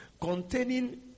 containing